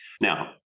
Now